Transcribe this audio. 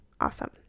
awesome